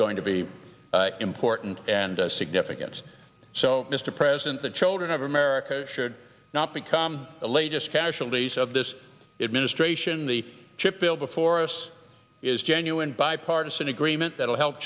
going to be important and significant so mr president the children of america should not become the latest casualties of this administration the chip bill before us is genuine bipartisan agreement that will help